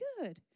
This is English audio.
good